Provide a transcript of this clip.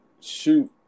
shoot